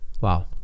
Wow